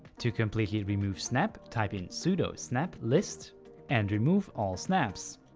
to completely remove snap type in sudo snap list and remove all snaps.